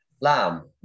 Lamb